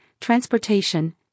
transportation